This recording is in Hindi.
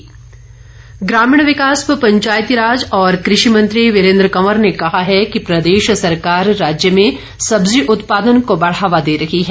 वीरेन्द्र कंवर ग्रामीण विकास व पंचायती राज और कृषि मंत्री वीरेन्द्र कंवर ने कहा है कि प्रदेश सरकार राज्य में सब्जी उत्पादन को बढ़ावा दे रही है